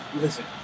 Listen